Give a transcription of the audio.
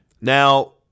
Now